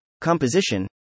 composition